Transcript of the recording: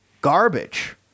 garbage